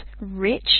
rich